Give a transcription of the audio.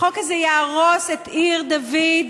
החוק הזה יהרוס את עיר דוד,